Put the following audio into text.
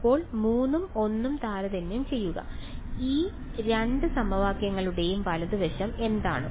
അപ്പോൾ 3 ഉം 1 ഉം താരതമ്യം ചെയ്യുക ഈ രണ്ട് സമവാക്യങ്ങളുടെയും വലതുവശം എന്താണ്